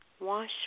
Wash